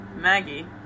Maggie